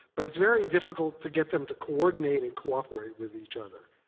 but it's very difficult to get them to coordinate and cooperate with each other.